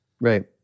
Right